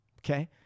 Okay